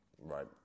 right